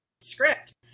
script